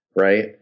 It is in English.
Right